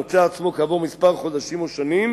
מוצא את עצמו כעבור כמה חודשים או שנים